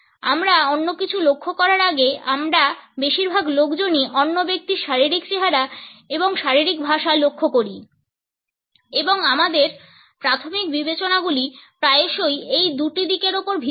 আমরা অন্য কিছু লক্ষ্য করার আগে আমারা বেশিরভাগ লোকজনই অন্য ব্যক্তির শারীরিক চেহারা এবং শারীরিক ভাষা লক্ষ্য করি এবং আমাদের প্রাথমিক বিবেচনাগুলি প্রায়শই এই দুটি দিকের উপর ভিত্তি করে